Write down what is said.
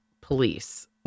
police